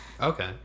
Okay